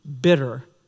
bitter